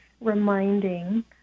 reminding